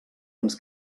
ens